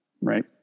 right